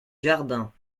jardin